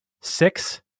six